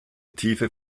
tiefe